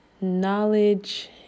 knowledge